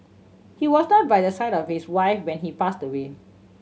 he was not by the side of his wife when he passed away